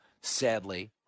sadly